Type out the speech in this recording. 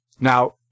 Now